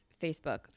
facebook